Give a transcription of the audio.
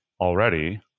already